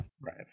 Right